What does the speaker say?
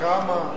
יש עוד יישובים.